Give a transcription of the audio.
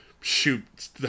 shoot